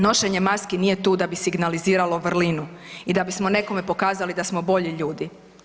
Nošenje maski nije tu da bi signaliziralo vrlinu i da bismo nekome pokazali da smo bolji ljudi.